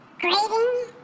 Grading